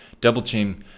double-team